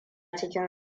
cikin